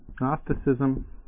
Gnosticism